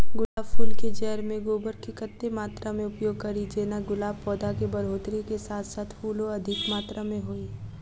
गुलाब फूल केँ जैड़ मे गोबर केँ कत्ते मात्रा मे उपयोग कड़ी जेना गुलाब पौधा केँ बढ़ोतरी केँ साथ साथ फूलो अधिक मात्रा मे होइ?